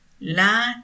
la